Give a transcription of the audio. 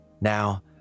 Now